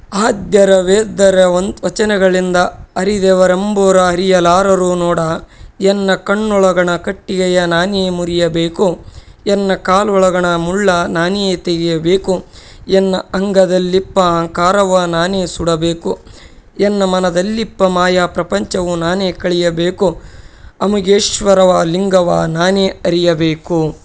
ಆದ್ಯರ ವೇದ್ಯರ ವಚನಗಳಿಂದ ಅರಿದೆವೆಂಬವರು ಅರಿಯಲಾರರು ನೋಡಾ ಎನ್ನ ಕಣ್ಣೊಳಗಣ ಕಟ್ಟಿಗೆಯ ನಾನೆ ಮುರಿಯಬೇಕು ಎನ್ನ ಕಾಲೊಳಗಣ ಮುಳ್ಳ ನಾನೆ ತೆಗೆಯಬೇಕು ಎನ್ನ ಅಂಗದಲ್ಲಿಪ್ಪ ಅಹಂಕಾರವ ನಾನೆ ಸುಡಬೇಕು ಎನ್ನ ಮನದಲ್ಲಿಪ್ಪ ಮಾಯಾಪ್ರಪಂಚವ ನಾನೆ ಕಳೆಯಬೇಕು ಅಮುಗೇಶ್ವರ ಲಿಂಗವ ನಾನೆ ಅರಿಯಬೇಕು